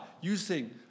using